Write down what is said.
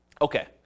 Okay